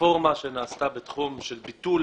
הרפורמה שנעשתה בתחום של ביטול